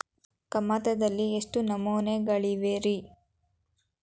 ಕಮತದಲ್ಲಿ ಎಷ್ಟು ನಮೂನೆಗಳಿವೆ ರಿ?